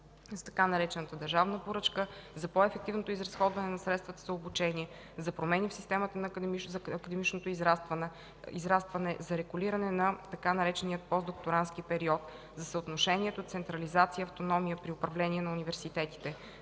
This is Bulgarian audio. за така наречената „държавна поръчка”; за по-ефективното изразходване на средствата за обучение; за промени в системата за академично израстване; за регулиране на така наречения „постдокторантски” период; за съотношението централизация-автономия при управление на университетите;